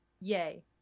Yay